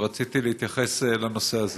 ורציתי להתייחס לנושא הזה.